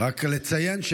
תודה רבה.